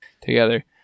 together